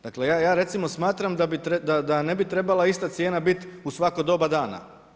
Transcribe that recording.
Dakle, ja recimo smatram da ne bi trebala ista cijena biti u svako doba dana.